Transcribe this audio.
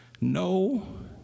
No